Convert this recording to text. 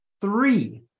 three